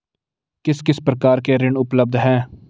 किस किस प्रकार के ऋण उपलब्ध हैं?